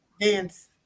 dance